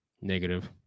Negative